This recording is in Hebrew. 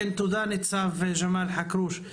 תודה רבה.